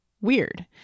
weird